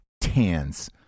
tans